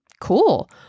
cool